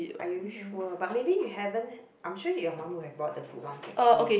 are you sure but maybe you haven't I'm sure your mum would have bought the good one actually